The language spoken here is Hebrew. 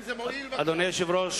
אם זה מועיל, בבקשה.